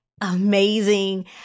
amazing